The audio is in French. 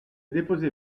déposé